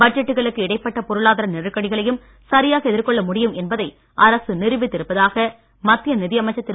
பட்ஜெட்டுகளுக்கு பொருளாதார இடைப்பட்ட நெருக்கடிகளையும் சரியாக எதிர்கொள்ள முடியும் என்பதை அரசு நிரூபித்து இருப்பதாக மத்திய நிதியமைச்சர் திரு